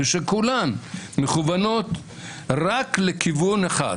ושכולן מכוונות רק לכיוון אחד,